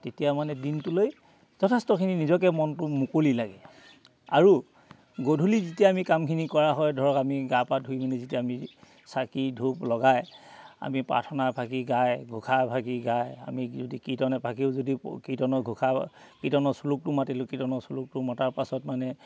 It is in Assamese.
তেতিয়া মানে দিনটোলৈ যথেষ্টখিনি নিজকে মনটো মুকলি লাগে আৰু গধূলি যেতিয়া আমি কামখিনি কৰা হয় ধৰক আমি গা পা ধুই মানে যেতিয়া আমি চাকি ধূপ লগাই আমি প্ৰাৰ্থনা এফাকি গায় ঘোষা এফাকি গায় আমি যদি কীৰ্তন এফাকিও যদি কীৰ্তনৰ ঘোষা কীৰ্তনৰ স্ল'কটো মাতিলোঁ কীৰ্তনৰ স্ল'কটো মটাৰ পাছত মানে